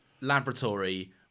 laboratory